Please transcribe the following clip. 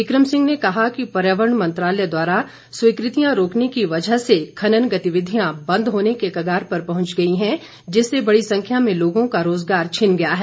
become Singh ने कहा कि पर्यावरण मंत्रालय द्वारा स्वीकृतियां रोकने की वजह से खनन गतिविधियां बंद होने के कगार पर पहुंच गई है जिससे बड़ी संख्या में लोगों का रोजगार छिन्न गया है